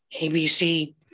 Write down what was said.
ABC